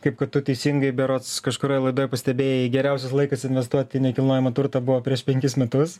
kaip kad tu teisingai berods kažkurioj laidoj pastebėjai geriausias laikas investuot į nekilnojamą turtą buvo prieš penkis metus